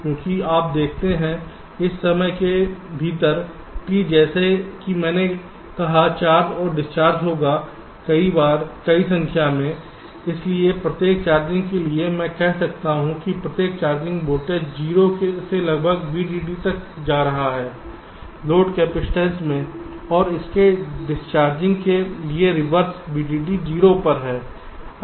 क्योंकि आप देखते हैं इस समय के भीतर T जैसा कि मैंने कहा चार्ज और डिस्चार्ज होगा कई बार कई बार संख्या में इसलिए प्रत्येक चार्जिंग के लिए मैं कह सकता हूं कि प्रत्येक चार्जिंग वोल्टेज 0 से लगभग VDD तक जा रहा है लोड कैपेसिटर में और इसके डिसचार्जिंग के लिए रिवर्स VDD 0 पर है